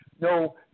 no